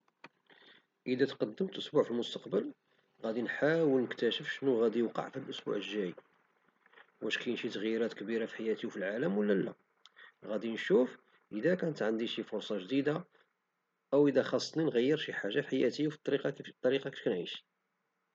الى تقدمت اسبوع في المستقبل غادي نحاول نكتاشف شنو غادي يوقع الاسبوع الجاي واش كاين شي تغييرات كبيرة في حياتي وفي العالم ولى لا غادي نشوف الى كانت عندي شي فرصة جديدة او ادا خاصني نغير شي حاجة في حياتي او في الطريقة باش كنعيش